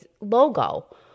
logo